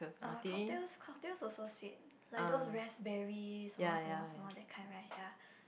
uh cocktails cocktails also sweet like those raspberry 什么什么什么 that kind right ya